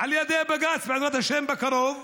על ידי בג"ץ, בעזרת השם, בקרוב.